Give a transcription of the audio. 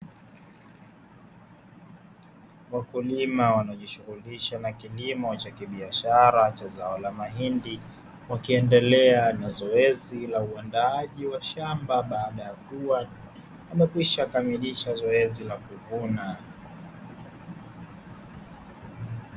Wakulima wanajishughulisha na kilimo cha kibiashara cha zao la mahindi, wakiendelea na zoezi la uandaaji wa shamba baada ya kuwa wamekwisha kamilisha zoezi la kuvuna.